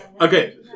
okay